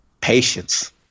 patience